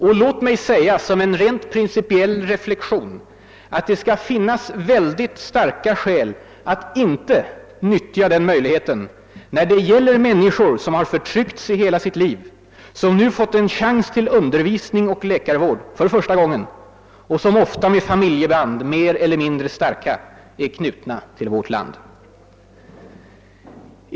Och låt mig säga, som en rent principiell reflexion, att det skall finnas väldigt starka skäl att inte nyttja den möjligheten när det gäller människor som i hela sitt liv har förtryckts, som nu för första gången fått en chans till undervisning och läkarvård och som ofta med familjeband, mer eller mindre starka, är knutna till vårt land.